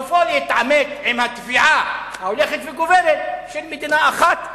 סופו להתעמת עם התביעה ההולכת וגוברת של מדינה אחת,